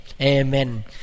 Amen